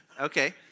Okay